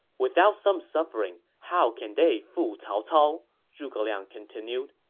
without some suffering, how can they fool cao cao? zhuge liang continued.